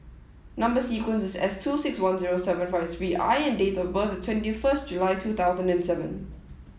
number sequence is S two six one zero seven five three I and date of birth is twenty first July two thousand and seven